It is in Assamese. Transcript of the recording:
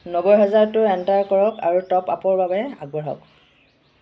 নবৈ হেজাৰটো এণ্টাৰ কৰক আৰু টপআপৰ বাবে আগবাঢ়ক